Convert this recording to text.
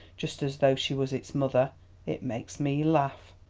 just as though she was its mother it makes me laugh.